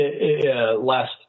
last